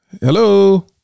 Hello